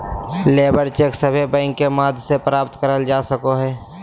labour cheque सभे bank के माध्यम से प्राप्त करल जा सको हय